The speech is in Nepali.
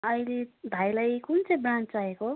अहिले भाइलाई कुन चाहिँ ब्रान्ड चाहिएको